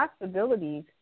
possibilities